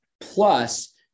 plus